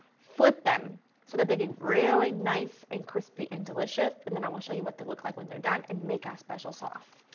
flip them so that they get really nice and crispy and delicious and then i will show you what they look like when they are done and make our special sauce.